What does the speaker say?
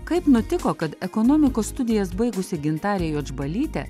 kaip nutiko kad ekonomikos studijas baigusi gintarė juodžbalytė